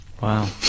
Wow